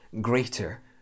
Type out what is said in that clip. greater